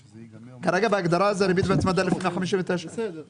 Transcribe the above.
כרגע בהגדרה זה "ריבית והצמדה לפי סעיף 159א(א)".